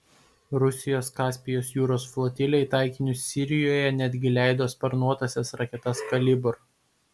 rusijos kaspijos jūros flotilė į taikinius sirijoje netgi leido sparnuotąsias raketas kalibr